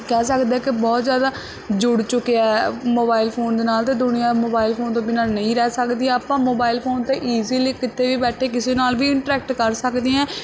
ਕਹਿ ਸਕਦੇ ਕਿ ਬਹੁਤ ਜ਼ਿਆਦਾ ਜੁੜ ਚੁੱਕਿਆ ਮੋਬਾਇਲ ਫੋਨ ਦੇ ਨਾਲ ਅਤੇ ਦੁਨੀਆਂ ਮੋਬਾਇਲ ਫੋਨ ਤੋਂ ਬਿਨਾਂ ਨਹੀਂ ਰਹਿ ਸਕਦੀ ਆਪਾਂ ਮੋਬਾਈਲ ਫੋਨ 'ਤੇ ਈਜ਼ੀਲੀ ਕਿਤੇ ਵੀ ਬੈਠੇ ਕਿਸੇ ਨਾਲ ਵੀ ਇੰਟਰੈਕਟ ਕਰ ਸਕਦੇ ਹਾਂ